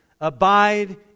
Abide